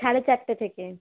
সাড়ে চারটে থেকে